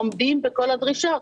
עומדים בכל הדרישות,